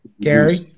gary